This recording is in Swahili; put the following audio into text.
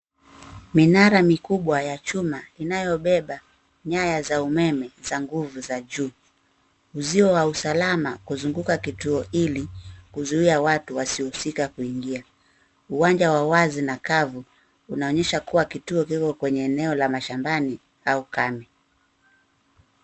Minara mikubwa ya chuma inayobeba nyaya za umeme za nguvu za juu. Uzio wa usalama kuzunguka kituo ili kuzuia watu wasiohusika kuingia. Uwanja wa wazi na kavu unaonyesha kuwa kituo kiko kwenye eneo la mashambani au kambi.